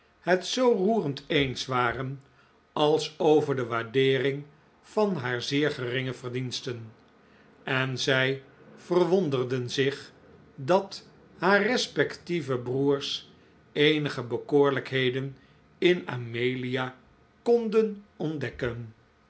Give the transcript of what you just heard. het zoo roerend eens waren als over de waardeering van haar zeer geringe verdiensten en zij verwonderden zich dat haar respectieve broers eenige bekoorlijkheden in amelia konden ontdekken